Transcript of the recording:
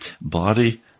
Body